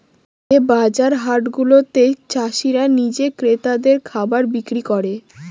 যে বাজার হাট গুলাতে চাষীরা নিজে ক্রেতাদের খাবার বিক্রি করে